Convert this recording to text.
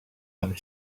amb